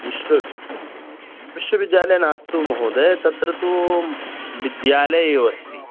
विश्व विश्वविद्यालये नास्तु महोदय तत्र तु विद्यालये एव अस्ति